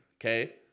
okay